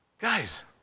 Guys